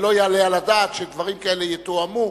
ולא יעלה על הדעת שדברים כאלה יתואמו,